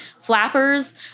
flappers